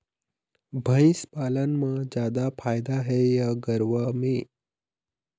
भंइस पालन म जादा फायदा हे या गरवा में?